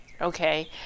Okay